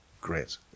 great